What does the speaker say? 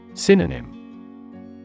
Synonym